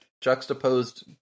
juxtaposed